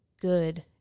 good